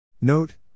Note